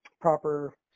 proper